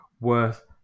worth